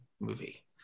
movie